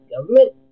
government